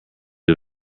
who